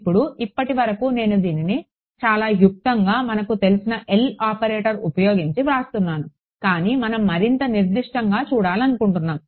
ఇప్పుడు ఇప్పటివరకు నేను దీన్ని చాలా వియుక్తంగా మనకు తెలిసిన L ఆపరేటర్ ఉపయోగించి వ్రాస్తున్నాను కానీ మనం మరింత నిర్దిష్టంగా చూడాలనుకుంటున్నాము